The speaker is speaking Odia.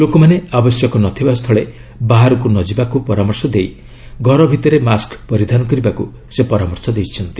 ଲୋକମାନେ ଆବଶ୍ୟକ ନ ଥିବା ସ୍ଥଳେ ବାହାରକୁ ନ ଯିବାକୁ ପରାମର୍ଶ ଦେଇ ଘର ଭିତରେ ମାସ୍କ୍ ପରିଧାନ କରିବାକୁ ସେ ପରାମର୍ଶ ଦେଇଛନ୍ତି